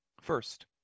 First